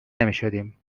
نمیشدیم